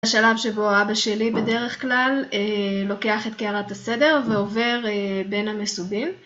בשלב שבו אבא שלי בדרך כלל לוקח את קערת הסדר ועובר בין המסובים.